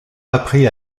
appris